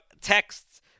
texts